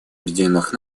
объединенных